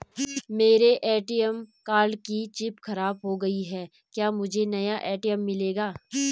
मेरे ATM card की chip खराब हो गयी है क्या मुझे नया ए.टी.एम मिलेगा?